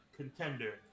contender